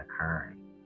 occurring